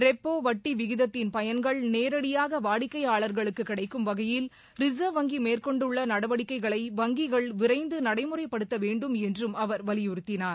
repo வட்டி விகிதத்தின் பயன்கள் நேரடியாக வாடிக்கையாளர்களுக்கு கிடைக்கும் வகையில் ரிசர்வ் வங்கி மேற்கொண்டுள்ள நடவடிக்கைகளை வங்கிகள் விரைந்து நடைமுறைப்படுத்த வேண்டும் என்றும் அவர் வலியுறுத்தினார்